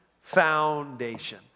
foundation